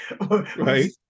Right